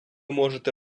можете